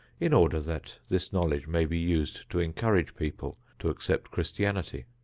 in order that this knowledge may be used to encourage people to accept christianity.